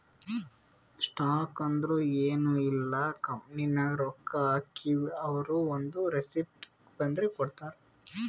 stock ಅಂದುರ್ ಎನ್ ಇಲ್ಲ ಕಂಪನಿನಾಗ್ ರೊಕ್ಕಾ ಹಾಕ್ತಿವ್ ಅವ್ರು ಒಂದ್ ರೆಸಿಪ್ಟ್ ಬರ್ದಿ ಕೊಡ್ತಾರ್